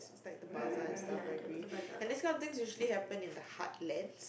like the buzzle and stuff I agree and these kind of stuffs usually happen in the heartlands